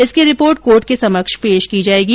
इसकी report court के समक्ष पेश की जाएगी